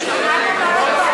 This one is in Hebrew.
העם אמר את דברו,